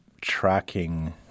tracking